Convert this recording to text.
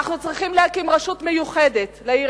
אנחנו צריכים להקים רשות מיוחדת לעיר